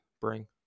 bring